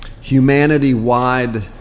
humanity-wide